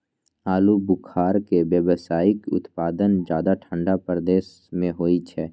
आलू बुखारा के व्यावसायिक उत्पादन ज्यादा ठंढा प्रदेश मे होइ छै